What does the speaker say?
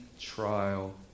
trial